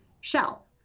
shell